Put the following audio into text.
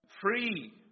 free